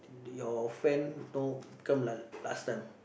your friend know become like last time